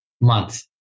month